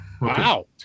Wow